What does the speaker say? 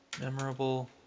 Memorable